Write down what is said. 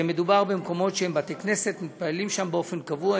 שמדובר במקומות שהם בתי-כנסת: מתפללים שם באופן קבוע,